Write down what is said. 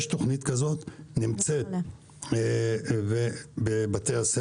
יש תוכנית כזאת של משרד המדע והחדשנות שכבר נמצאת בבתי הספר.